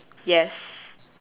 yes